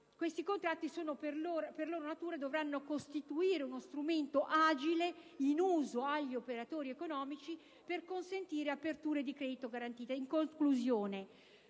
Questi contratti, per loro natura, dovranno dunque costituire uno strumento agile in uso agli operatori economici per consentire aperture di credito garantite.